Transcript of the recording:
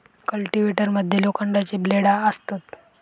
cultivator मध्ये लोखंडाची ब्लेडा असतत